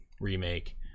remake